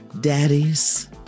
daddies